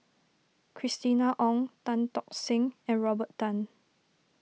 Christina Ong Tan Tock Seng and Robert Tan